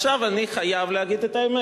עכשיו אני חייב להגיד את האמת.